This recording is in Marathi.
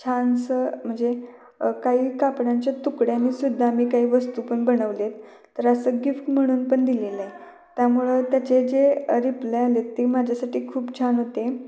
छानसं म्हणजे काही कापडांची तुकड्यानी सुद्धा मी काही वस्तू पण बनवले आहेत तर असं गिफ्ट म्हणून पण दिलेलं आहे त्यामुळं आता जे जे रिप्लाय आले आहेत ते माझ्यासाठी खूप छान होते